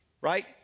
right